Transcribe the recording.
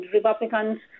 Republicans